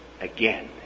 again